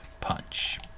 punch